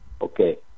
Okay